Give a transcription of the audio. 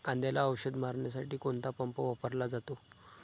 कांद्याला औषध मारण्यासाठी कोणता पंप वापरला जातो?